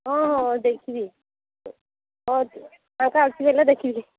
ହଁ ହଁ ଦେଖିବି ହଁ ଫାଙ୍କା ଅଛି ବୋଲେ ଦେଖିବି